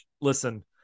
listen